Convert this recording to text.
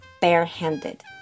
bare-handed